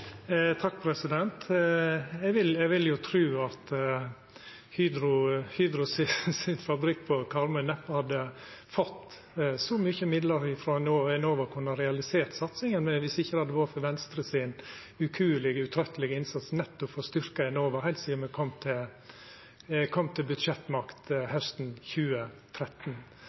Eg vil tru at Hydros fabrikk på Karmøy neppe hadde fått så mykje midlar frå Enova og kunne ha realisert satsinga viss det ikkje hadde vore for Venstres ukuelege og iherdige innsats nettopp for å styrkja Enova heilt sidan me kom til budsjettmakt hausten 2013.